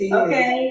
okay